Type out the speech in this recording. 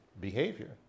behavior